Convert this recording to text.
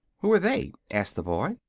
who are they? asked the boy.